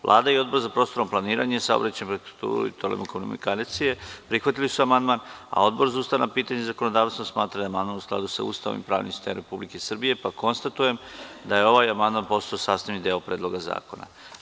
Vlada i Odbor za prostorno planiranje, saobraćaj, infrastrukturu i telekomunikacije prihvatili su amandman, a Odbor za ustavna pitanja i zakonodavstvo smatra da je amandman u skladu sa Ustavom i pravnim sistemom Republike Srbije, pa konstatujem da je ovaj amandman postao sastavni deo Predloga zakona.